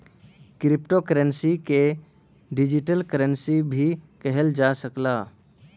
crypto currency के digital currency भी कहल जा सकला